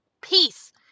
peace